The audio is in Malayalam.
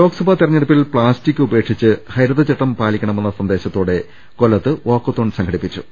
ലോക്സഭാ തെരഞ്ഞെടുപ്പിൽ പ്ലാസ്റ്റിക് ഉപേക്ഷിച്ച് ഹരി തചട്ടം പാലിക്കണമെന്ന സന്ദേശത്തോടെ കൊല്ലത്ത് വാക്ക ത്തോൺ സംഘടിപ്പിച്ചു